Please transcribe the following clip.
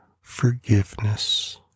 forgiveness